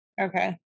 okay